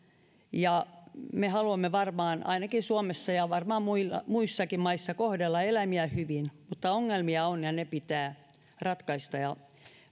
ja me haluamme varmaan ainakin suomessa ja varmaan muissakin maissa kohdella eläimiä hyvin mutta ongelmia on ja ne pitää ratkaista